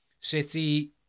City